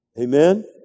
Amen